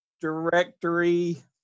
directory